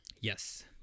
Yes